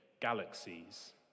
galaxies